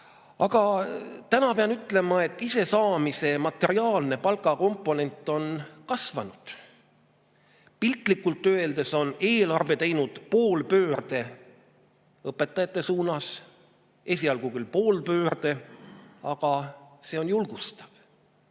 Aga täna pean ütlema, et ise saamise materiaalne palgakomponent on kasvanud. Piltlikult öeldes on eelarve teinud poolpöörde õpetajate suunas. Esialgu küll poolpöörde, aga see on julgustav.